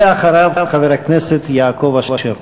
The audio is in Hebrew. ואחריו, חבר הכנסת יעקב אשר.